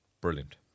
brilliant